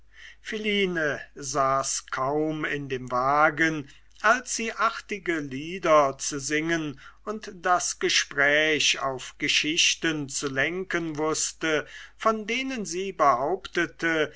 philine saß kaum in dem wagen als sie artige lieder zu singen und das gespräch auf geschichten zu lenken wußte von denen sie behauptete